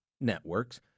networks